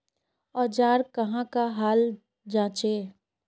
औजार कहाँ का हाल जांचें?